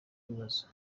ibibazo